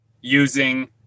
using